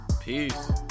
Peace